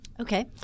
Okay